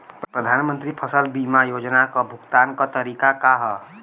प्रधानमंत्री फसल बीमा योजना क भुगतान क तरीकाका ह?